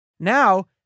Now